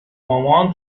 مامان